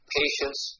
patience